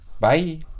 bye